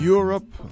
Europe